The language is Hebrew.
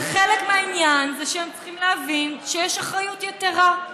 וחלק מהעניין זה שהם צריכים להבין שיש אחריות יתרה.